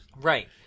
Right